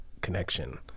connection